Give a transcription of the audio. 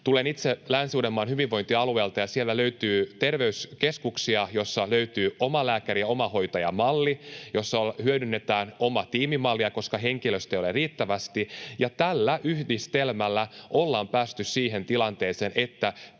Tulen itse Länsi-Uudenmaan hyvinvointialueelta, ja sieltä löytyy terveyskeskuksia, joista löytyy omalääkäri‑ ja omahoitajamalleja, joissa hyödynnetään omatiimimallia, koska henkilöstöä ei ole riittävästi. Tällä yhdistelmällä ollaan päästy siihen tilanteeseen, että